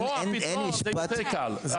אין משפט --- פה הפתרון,